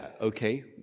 okay